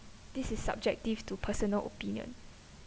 this is subjective to personal opinion